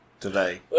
today